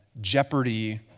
Jeopardy